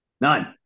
none